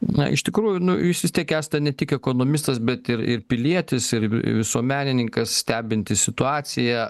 na iš tikrųjų nu jūs vis tiek esate ne tik ekonomistas bet ir ir pilietis ir visuomenininkas stebintis situaciją